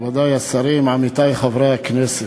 רבותי השרים, עמיתי חברי הכנסת,